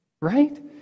Right